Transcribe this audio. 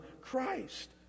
Christ